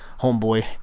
homeboy